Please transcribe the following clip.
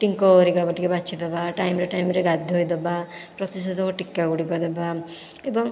ଟିଙ୍କ ହେରିକାକୁ ଟିକେ ବାଛି ଦେବା ଟାଇମରେ ଟାଇମରେ ଗାଧୋଇଦେବା ପ୍ରତିଷେଧକ ଟୀକା ଗୁଡ଼ିକ ଦେବା ଏବଂ